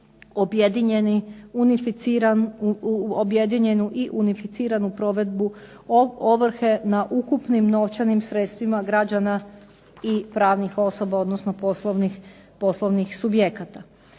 objedinjenu i unificiranu provedbu ovrhe na ukupnim novčanim sredstvima građana i pravnih osoba, odnosno poslovnih subjekata.